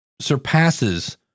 surpasses